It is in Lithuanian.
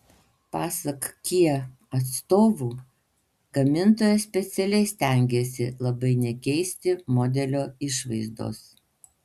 pasak kia atstovų gamintojas specialiai stengėsi labai nekeisti modelio išvaizdos